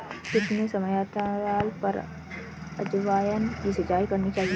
कितने समयांतराल पर अजवायन की सिंचाई करनी चाहिए?